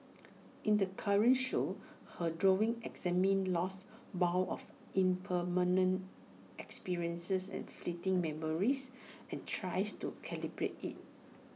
in the current show her drawings examine loss borne of impermanent experiences and fleeting memories and tries to calibrate IT